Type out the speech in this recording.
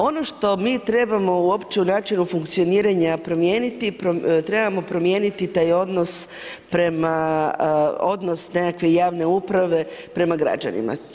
Ono što mi trebamo uopće u načinu funkcioniranja promijeniti, trebamo promijeniti taj odnos nekakve javne uprave prema građanima.